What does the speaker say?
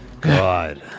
God